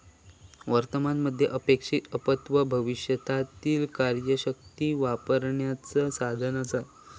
वर्तमान मध्ये अपेक्षित उत्पन्न भविष्यातीला कार्यशक्ती वापरण्याचा साधन असा